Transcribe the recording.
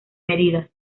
medidas